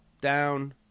down